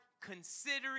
considering